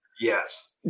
Yes